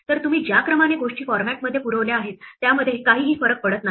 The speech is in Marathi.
तर तुम्ही ज्या क्रमाने गोष्टी फॉरमॅटमध्ये पुरवल्या आहेत त्यामध्ये काही फरक पडत नाही